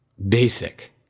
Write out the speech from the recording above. Basic